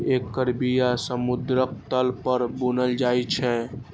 एकर बिया समुद्रक तल पर बुनल जाइ छै